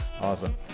Awesome